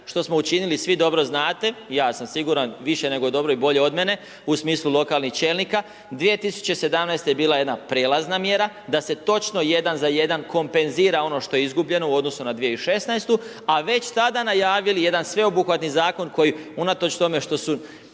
što smo učinili, svi dobro znate, ja sam siguran više nego dobro i bolje od mene u smislu lokalnih čelnika. 2017. je bila jedna prijelazna mjera da se točno 1 za 1 kompenzira ono što je izgubljeno u odnosu na 2016., a već tada najavili jedan sveobuhvatni zakon koji unatoč tome što su,